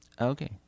Okay